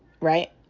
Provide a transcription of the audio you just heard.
Right